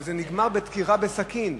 אבל זה נגמר בדקירה בסכין.